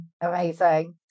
amazing